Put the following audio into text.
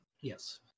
yes